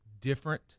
different